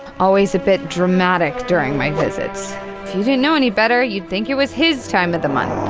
always a bit dramatic during my visits. if you didn't know any better, you'd think it was his time of the month.